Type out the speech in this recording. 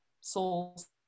souls